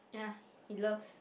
yeah he loves